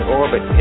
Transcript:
orbit